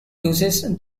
uses